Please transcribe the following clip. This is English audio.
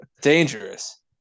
Dangerous